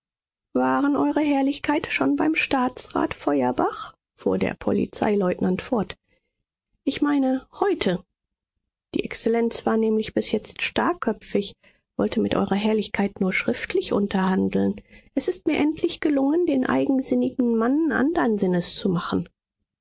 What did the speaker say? waren eure herrlichkeit schon beim staatsrat feuerbach fuhr der polizeileutnant fort ich meine heute die exzellenz war nämlich bis jetzt starrköpfig wollte mit eurer herrlichkeit nur schriftlich unterhandeln es ist mir endlich gelungen den eigensinnigen mann andern sinnes zu machen